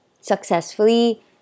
successfully